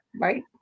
right